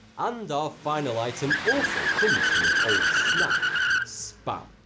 and our final item also comes from an old snack spam.